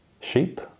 sheep